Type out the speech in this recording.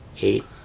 eight